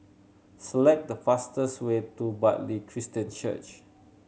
select the fastest way to Bartley Christian Church